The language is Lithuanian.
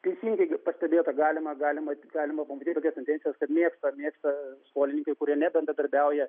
teisingai pastebėta galima galima galima pamatyt tokias tendencijas kad mėgsta mėgsta skolininkai kurie nebendradarbiauja